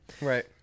Right